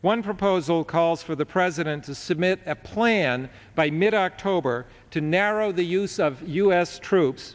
one proposal calls for the president to submit a plan by mid october to narrow the use of u s troops